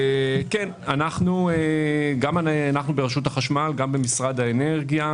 אנחנו, גם ברשות החשמל וגם במשרד האנרגיה,